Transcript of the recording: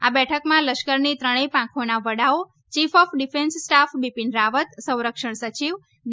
આ બેઠકમાં લશ્કરની ત્રણેય પાંખોના વડાઓ chief of defence staff Bipin Rawat સંરક્ષણ સચિવ ડી